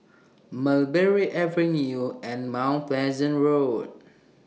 Mulberry Avenue and Mount Pleasant Road